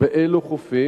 2. באילו חופים?